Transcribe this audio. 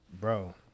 Bro